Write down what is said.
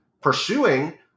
pursuing